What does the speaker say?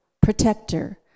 protector